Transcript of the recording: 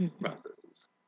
processes